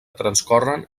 transcorren